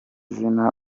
zina